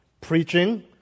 Preaching